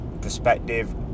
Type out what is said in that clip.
perspective